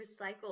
recycle